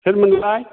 सोरमोनलाय